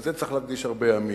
לזה צריך להקדיש הרבה ימים,